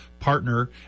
partner